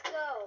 go